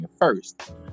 first